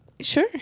Sure